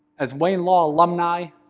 as wayne law alumni,